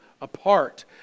apart